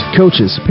coaches